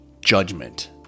judgment